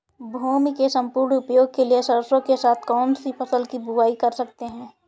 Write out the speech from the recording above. भूमि के सम्पूर्ण उपयोग के लिए सरसो के साथ कौन सी फसल की बुआई कर सकते हैं?